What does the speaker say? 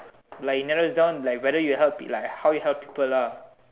like you never down like whether you help it like how you help people lah